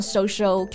Social